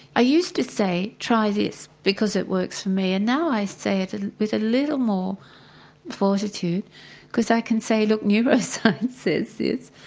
used to say, try this because it works for me and now i say it and with a little more fortitude because i can say, look, neuroscience says this.